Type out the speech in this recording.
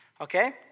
okay